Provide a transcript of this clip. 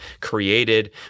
created